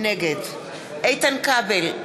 נגד איתן כבל,